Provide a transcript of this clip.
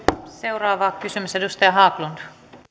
seuraava kysymys edustaja haglund